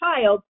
child